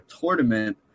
tournament